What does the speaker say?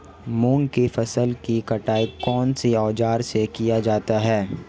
मूंग की फसल की कटाई कौनसे औज़ार से की जाती है?